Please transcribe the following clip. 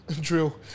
Drill